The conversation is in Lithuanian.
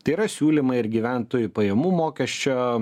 tai yra siūlymai ir gyventojų pajamų mokesčio